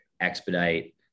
expedite